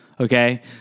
Okay